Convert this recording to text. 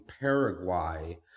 Paraguay